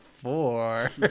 Four